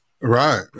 Right